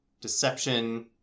deception